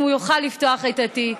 אם הוא יוכל לפתוח את התיק.